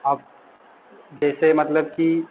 अब जैसे मतलब कि